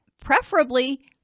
preferably